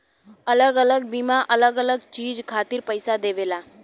अलग अलग बीमा अलग अलग चीज खातिर पईसा देवेला